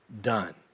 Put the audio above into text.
done